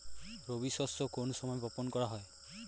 রবি শস্য কোন সময় বপন করা হয়?